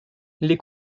les